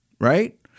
right